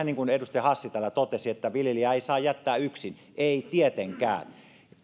niin kuin edustaja hassi täällä totesi että viljelijää ei saa jättää yksin ei tietenkään